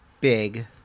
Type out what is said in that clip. big